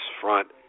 front